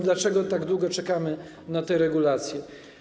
Dlaczego tak długo czekamy na te regulacje?